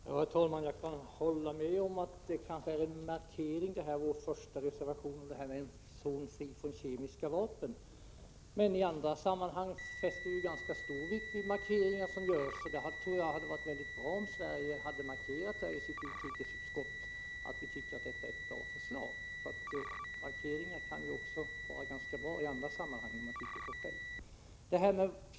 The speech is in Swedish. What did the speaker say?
Herr talman! Jag kan hålla med om att vår första reservation, om en zon fri från kemiska vapen, kanske är en markering. Men i andra sammanhang fäster vi ju ganska stor vikt vid markeringar. Jag tror att det hade varit mycket bra om vi i utrikesutskottet hade markerat att vi tycker att detta är ett bra förslag. Markeringar kan ju också vara ganska bra i andra sammanhang, när man själv tycker att 'ett förslag är bra. Jag tycker att Sture Ericson använder en väldigt dålig argumentation när Prot.